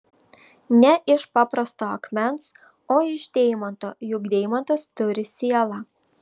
ne iš paprasto akmens o iš deimanto juk deimantas turi sielą